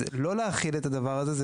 לא להחיל את הדבר הזה,